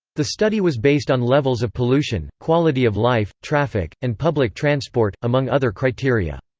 the study was based on levels of pollution, quality of life, traffic, and public transport, among other criteria.